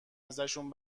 ازشون